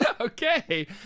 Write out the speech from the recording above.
Okay